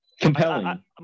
compelling